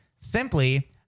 simply